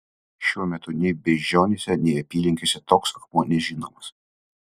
šiuo metu nei beižionyse nei apylinkėse toks akmuo nežinomas